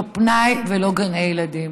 פנאי או גני ילדים.